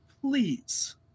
please